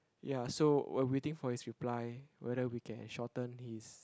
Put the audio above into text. ya so while waiting for his reply whether we can shorten his